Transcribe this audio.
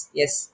yes